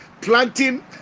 planting